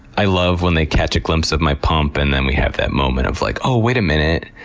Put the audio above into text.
i love when they catch a glimpse of my pump and then we have that moment of, like, oh wait a minute!